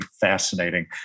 fascinating